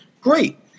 Great